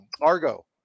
Argo